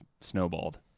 snowballed